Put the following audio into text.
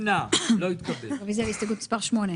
ממש לפני מספר שבועות.